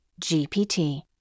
GPT